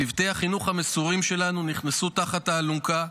צוותי החינוך המסורים שלנו נכנסו תחת האלונקה,